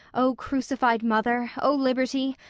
o crucified mother, o liberty,